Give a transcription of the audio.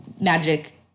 magic